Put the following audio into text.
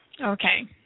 Okay